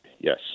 yes